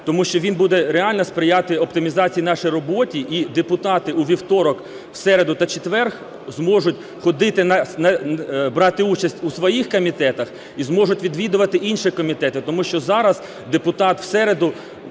тому що він буде реально сприяти оптимізації нашої роботи, і депутати у вівторок, середу та четвер зможуть ходити, брати участь у своїх комітетах і зможуть відвідувати інші комітети, тому що зараз депутат у середу